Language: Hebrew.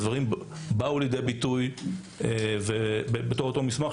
הדברים באו לידי ביטוי בתוך אותו מסמך,